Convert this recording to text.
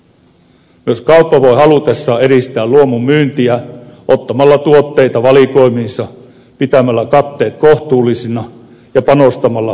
myös kauppa voi halutessaan edistää luomun myyntiä ottamalla tuotteita valikoimiinsa pitämällä katteet kohtuullisina ja panostamalla tuotesijoitteluun